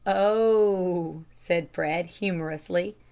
oh! said fred, humorously.